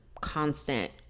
constant